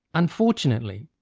unfortunately,